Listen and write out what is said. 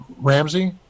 Ramsey